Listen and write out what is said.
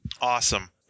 Awesome